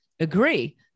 Agree